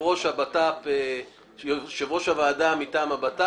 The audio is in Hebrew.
ראש הוועדה מטעם המשרד לביטחון פנים,